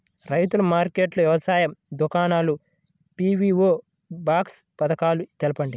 రైతుల మార్కెట్లు, వ్యవసాయ దుకాణాలు, పీ.వీ.ఓ బాక్స్ పథకాలు తెలుపండి?